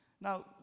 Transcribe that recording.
Now